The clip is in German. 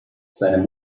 seine